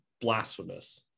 blasphemous